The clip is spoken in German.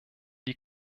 die